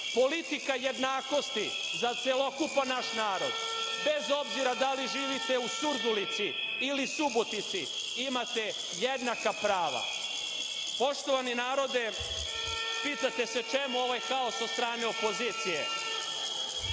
politika jednakosti za celokupan naš narod, bez obzira da li živite u Surdulici ili Subotici imate jednaka prava. Poštovani narode, pitate se čemu ovaj haos od strane opozicije,